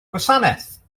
gwasanaeth